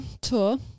tour